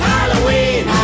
Halloween